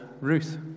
Ruth